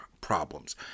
problems